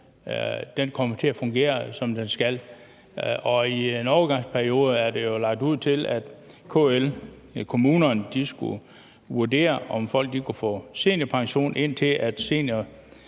kommer til at fungere, som den skal. I en overgangsperiode er der jo lagt op til, at KL, altså kommunerne, skulle vurdere, om folk kunne få seniorpension, indtil